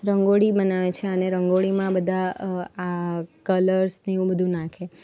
રંગોળી બનાવે છે અને રંગોળીમાં બધા આ કલર્સને એવું બધું નાખે